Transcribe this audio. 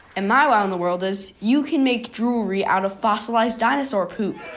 and my wow in the world is you can make jewelry out of fossilized dinosaur poop.